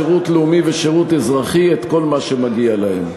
שירות לאומי ושירות אזרחי את כל מה שמגיע להם.